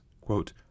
quote